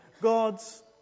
God's